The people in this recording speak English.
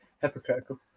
hypocritical